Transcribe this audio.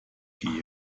gehe